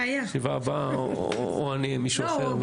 לישיבה הבאה, או אני או מישהו אחר.